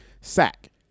Sack